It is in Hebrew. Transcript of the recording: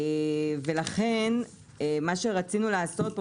ולכן מה שרצינו לעשות פה,